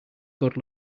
good